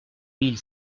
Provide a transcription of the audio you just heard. mille